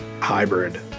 hybrid